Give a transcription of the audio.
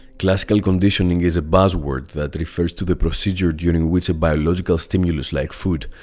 classical conditioning is a buzzword that refers to the procedure during which a biological stimulus like food,